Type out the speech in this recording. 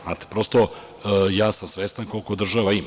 Znate, prosto, ja sam svestan koliko država ima.